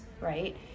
right